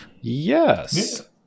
Yes